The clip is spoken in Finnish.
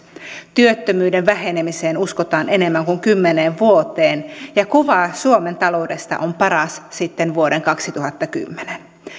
työttömyyden vähenemiseen uskotaan enemmän kuin kymmeneen vuoteen ja kuva suomen taloudesta on paras sitten vuoden kaksituhattakymmenen